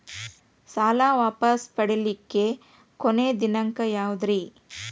ಸಾಲಾ ವಾಪಸ್ ಮಾಡ್ಲಿಕ್ಕೆ ಕೊನಿ ದಿನಾಂಕ ಯಾವುದ್ರಿ?